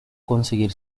conseguir